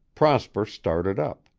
prosper started up.